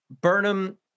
Burnham